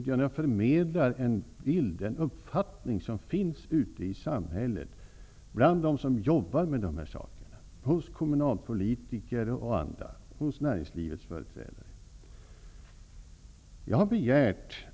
Jag har förmedlat en uppfattning som finns ute i samhället hos dem som jobbar med här sakerna -- hos kommunalpolitiker och hos näringslivets företrädare.